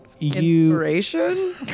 Inspiration